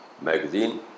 magazine